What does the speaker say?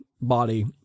body